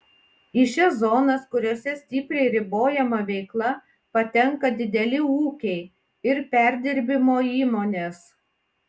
į šias zonas kuriose stipriai ribojama veikla patenka dideli ūkiai ir perdirbimo įmonės